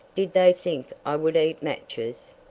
did they think i would eat matches?